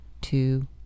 Two